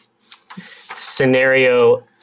scenario